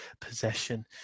possession